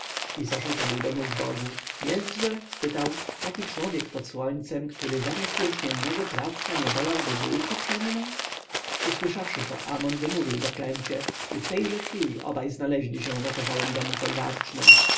pisarz upadł do nóg bogu jestże spytał taki człowiek pod słońcem który zamiast jęczmiennego placka nie wolałby bułki pszennej usłyszawszy to amon wymówił zaklęcie i w tejże chwili obaj znaleźli się w okazałym domu folwarcznym